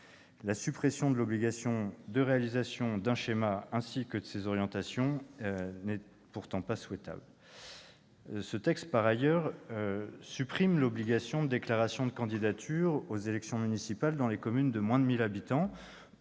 La suppression de l'obligation de réalisation d'un schéma et de ses orientations n'est pourtant pas souhaitable. Par ailleurs, ce texte supprime l'obligation de déclaration de candidature aux élections municipales dans les communes de moins de 1 000 habitants.